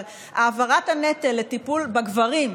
אבל העברת הנטל לטיפול בגברים,